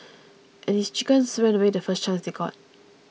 and his chickens ran away the first chance they got